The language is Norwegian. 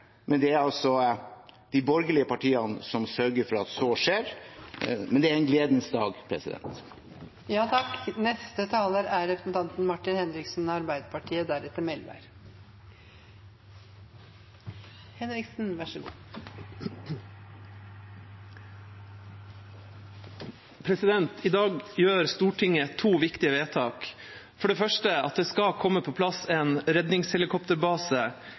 men det er altså de borgerlige partiene som sørger for at så skjer. Men det er en gledens dag. I dag gjør Stortinget to viktige vedtak. Det er for det første at det skal komme på plass en redningshelikopterbase i Tromsø – sivilt drevet – og den kan være på plass fra 2022. Det